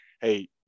hey